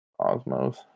Osmos